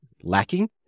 lacking